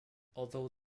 although